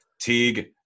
Teague